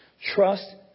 Trust